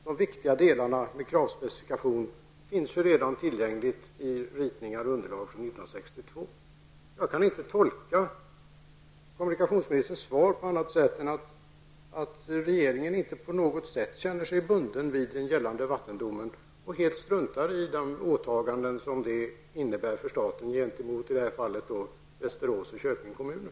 De viktiga delarna med kravspecifikation finns ju redan tillgängliga i ritningar och underlag från Jag kan inte tolka kommunikationsministerns svar på annat sätt än att regeringen inte på något sätt känner sig bunden av den gällande vattendomen och helt struntar i de åtaganden som den innebär för staten gentemot Västerås och Köpings kommuner.